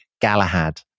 Galahad